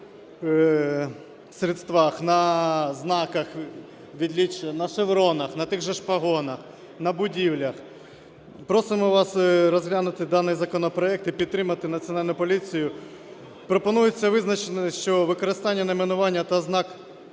на шевронах, на тих же ж пагонах, на будівлях. Просимо вас розглянути даний законопроект і підтримати Національну поліцію. Пропонується визначення, що використання найменування та ознак